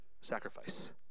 sacrifice